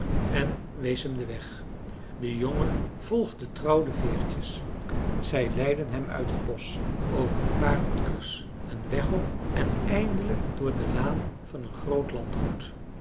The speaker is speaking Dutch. en wees hem den weg de jongen volgde trouw de veertjes zij leidden hem uit het bosch over een paar akkers een weg op en eindelijk door de laan van een groot landgoed